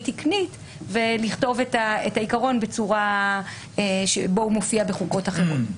תקנית ונכתוב את העיקרון בצורה שמופיעה בחוקות אחרות.